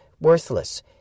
worthless